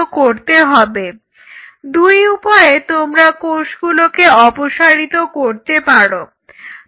করতে পারো